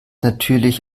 natürlich